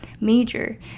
major